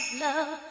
love